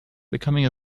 becoming